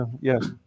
yes